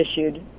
issued